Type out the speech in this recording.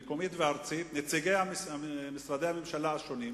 מקומית וארצית נציגי משרדי הממשלה השונים.